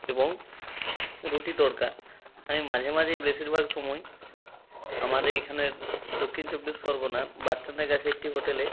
এবং রুটি তড়কা আমি মাঝে মাঝেই বেশিরভাগ সময় আমাদের এইখানের দক্ষিণ চব্বিশ পরগনার বাস স্ট্যান্ডের কাছে একটি হোটেলে